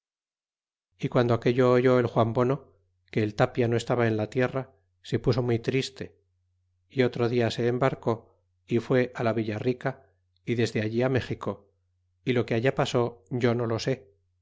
é guando aquello oyó el juan bono que el tapia no estaba en la tierra se puso muy triste y otro dia se embarcó é fue la villa rica é desde allí it méxico y lo que allá pasó yo no lo sé